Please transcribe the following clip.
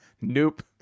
Nope